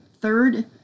Third